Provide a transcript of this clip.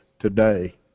today